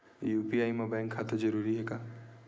UPI मा bank खाता जरूरी हे?